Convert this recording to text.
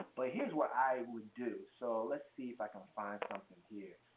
but here's what i would do. so let's see if i can find something here.